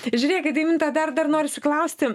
žiūrėkit deiminta dar dar norisi klausti